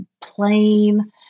plain